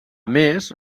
més